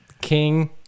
King